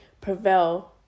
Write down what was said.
prevail